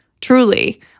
Truly